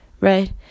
right